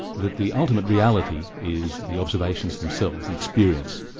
that the ultimate reality is the observations themselves, the experience,